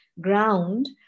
ground